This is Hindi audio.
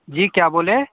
जी क्या बोले